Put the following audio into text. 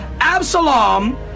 Absalom